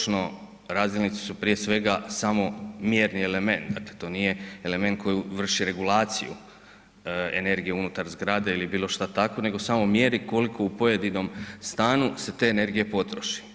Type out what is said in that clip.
Naravno razdjelnici su prije svega samo mjerni element, dakle to nije element koji vrši regulaciju energije unutar zgrade ili bilo šta takvo nego samo mjeri koliko u pojedinom stanu se te energije potroši.